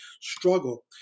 struggle